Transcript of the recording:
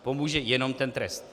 Pomůže jenom ten trest.